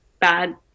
bad